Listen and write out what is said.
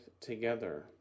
together